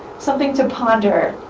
something to ponder,